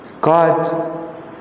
God